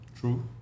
True